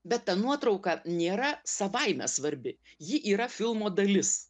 bet ta nuotrauka nėra savaime svarbi ji yra filmo dalis